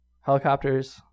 helicopters